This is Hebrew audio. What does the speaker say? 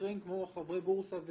אם לא יפורסם החוזר לעולם,